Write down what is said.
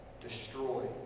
destroy